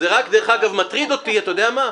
דרך אגב, מטריד אותי, אתה יודע מה?